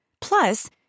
Plus